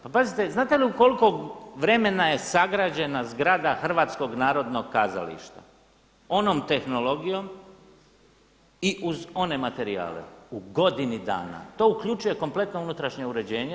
Pazite, znate li u koliko vremena je sagrađena zgrada Hrvatskog narodnog kazališta onom tehnologijom i uz one materijale u godini dana to uključuje kompletno unutrašnje uređenje.